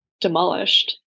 demolished